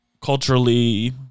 Culturally